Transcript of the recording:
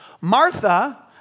Martha